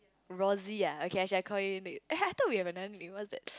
Rosie ah okay I shall call you that I thought we have another nickname what's that